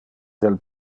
del